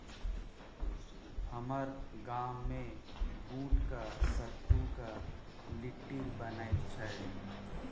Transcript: हमर गाममे बूटक सत्तुक लिट्टी बनैत छै